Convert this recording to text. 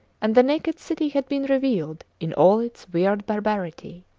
and the naked city had been revealed in all its weird barbarity.